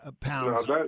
pounds